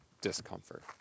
discomfort